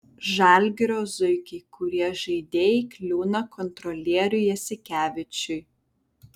žalgirio zuikiai kurie žaidėjai kliūna kontrolieriui jasikevičiui